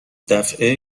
دفعه